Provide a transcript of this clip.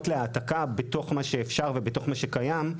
להעתקה בתוך מה שאפשר ובתוך מה שקיים,